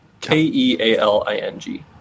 K-E-A-L-I-N-G